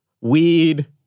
weed